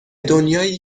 دنیایی